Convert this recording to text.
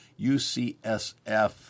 UCSF